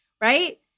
right